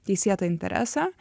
teisėtą interesą